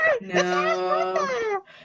No